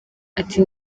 ati